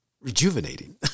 rejuvenating